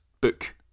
Book